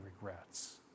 regrets